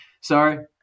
Sorry